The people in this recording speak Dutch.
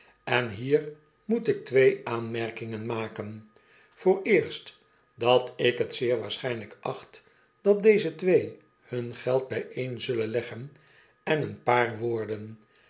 en hier moet ik twee aanmerkingen maken vooreerst dat ik het zeer waarschynlyk acht dat deze twee hun geld byeen zullen leggen en een paar worden